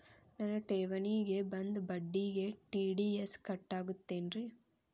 ನನ್ನ ಠೇವಣಿಗೆ ಬಂದ ಬಡ್ಡಿಗೆ ಟಿ.ಡಿ.ಎಸ್ ಕಟ್ಟಾಗುತ್ತೇನ್ರೇ?